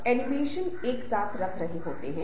तो अगर एक सामान्य लक्ष्य है